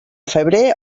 febrer